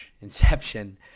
Inception